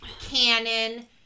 Canon